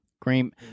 Cream